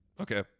Okay